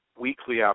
weekly